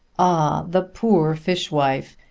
ah the poor fishwife,